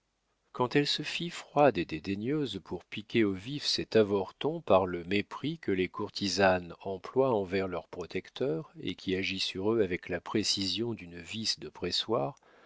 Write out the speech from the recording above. quand elle se fit froide et dédaigneuse pour piquer au vif cet avorton par le mépris que les courtisanes emploient envers leurs protecteurs et qui agit sur eux avec la précision d'une vis de pressoir